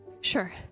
Sure